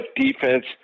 defense